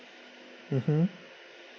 mmhmm